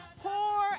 poor